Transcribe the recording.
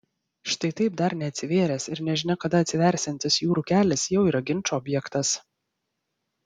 štai taip dar neatsivėręs ir nežinia kada atsiversiantis jūrų kelias jau yra ginčo objektas